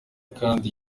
kandi